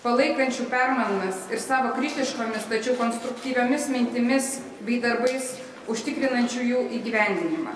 palaikančių permainas ir savo kritiškomis tačiau konstruktyviomis mintimis bei darbais užtikrinančių jų įgyvendinimą